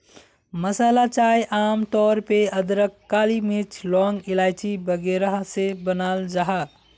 मसाला चाय आम तौर पे अदरक, काली मिर्च, लौंग, इलाइची वगैरह से बनाल जाहा